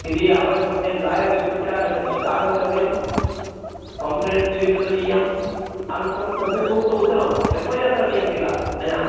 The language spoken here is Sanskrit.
यदि आवश्यकं चेत् लायर् स्वीकृत्य आगच्छतु अत्र आगन्तव्यं कम्प्लेन् स्वीकरणीयम् अनन्तरं तस्य सूक्तम् उत्तरम् एफ़् ऐ आर् करणीयं किल मया